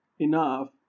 enough